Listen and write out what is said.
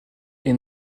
est